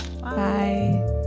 Bye